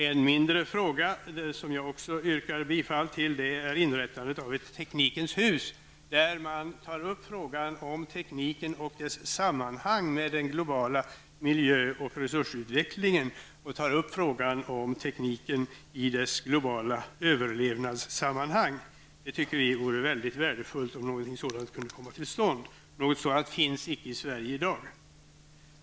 En mindre fråga som vi också tagit upp i en reservation är inrättandet av ett Teknikens hus, där man skulle syssla med frågorna om tekniken och dess sammanhang med den globala miljö och resursutvecklingen och om tekniken i det globala överlevnadssamammanhanget. Vi tycker att det vore väldigt värdefullt, om någonting sådant kunde komma till stånd, för det finns inte i Sverige i dag.